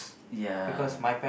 ya